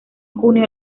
junio